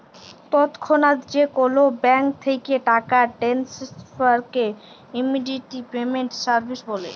তৎক্ষনাৎ যে কোলো ব্যাংক থ্যাকে টাকা টেনেসফারকে ইমেডিয়াতে পেমেন্ট সার্ভিস ব্যলে